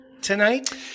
tonight